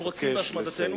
הם רוצים בהשמדתנו.